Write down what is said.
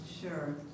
Sure